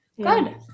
Good